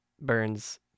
burns